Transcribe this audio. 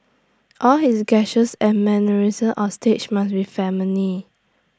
all his gestures and mannerisms on stage must be feminine